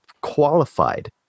qualified